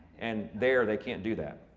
and there they can't do that.